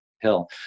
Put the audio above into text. hill